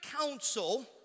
council